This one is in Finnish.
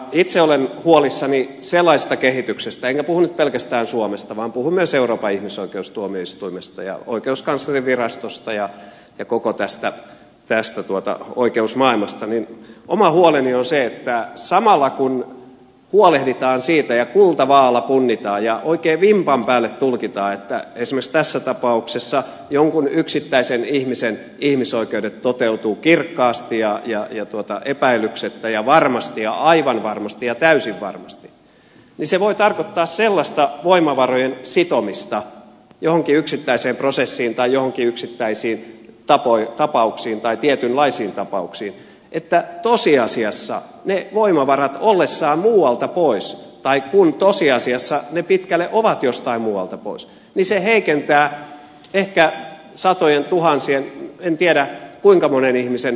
itse olen huolissani sellaisesta kehityksestä enkä puhu nyt pelkästään suomesta vaan puhun myös euroopan ihmisoikeustuomioistuimesta ja oikeuskanslerinvirastosta ja koko tästä oikeusmaailmasta ja oma huoleni on se että samalla kun huolehditaan siitä ja kultavaaalla punnitaan ja oikein vimpan päälle tulkitaan että esimerkiksi tässä tapauksessa jonkun yksittäisen ihmisen ihmisoikeudet toteutuvat kirkkaasti ja epäilyksettä ja varmasti ja aivan varmasti ja täysin varmasti niin se voi tarkoittaa sellaista voimavarojen sitomista johonkin yksittäiseen prosessiin tai joihinkin yksittäisiin tapauksiin tai tietynlaisiin tapauksiin että tosiasiassa niiden voimavarojen ollessa muualta pois tai kun tosiasiassa ne pitkälle ovat jostain muualta pois se heikentää ehkä satojentuhansien en tiedä kuinka monen ihmisen oikeusturvaa vastaavasti